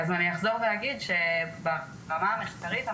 אחזור ואגיד שברמה המחקרית,